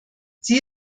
sie